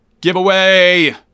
giveaway